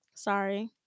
Sorry